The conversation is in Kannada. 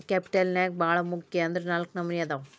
ಕ್ಯಾಪಿಟಲ್ ನ್ಯಾಗ್ ಭಾಳ್ ಮುಖ್ಯ ಅಂದ್ರ ನಾಲ್ಕ್ ನಮ್ನಿ ಅದಾವ್